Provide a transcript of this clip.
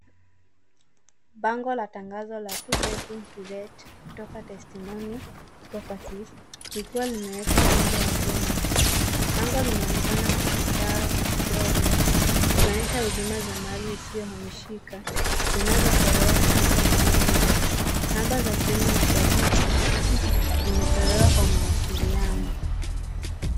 Bango la tangazo la two bedroom to let kutoka Testimonial Properties likiwa limewekwa nje ya jengo. Bango linaonekana kuchakaa kidogo likionyesha huduma za mali isiyohamishika zinazotolewa katika eneo hilo. Namba za simu na tovuti zimetolewa kwa mawasiliano.